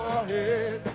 ahead